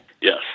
Yes